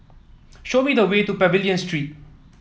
show me the way to Pavilion Street